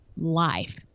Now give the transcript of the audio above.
life